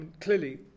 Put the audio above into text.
clearly